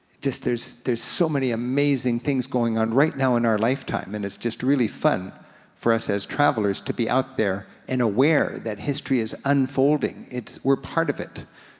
just there's there's so many amazing things going on right now in our lifetime, and it's just really fun for us as travelers to be out there and aware that history is unfolding, we're part of it.